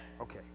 Okay